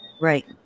Right